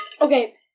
Okay